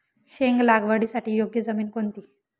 शेंग लागवडीसाठी योग्य जमीन कोणती?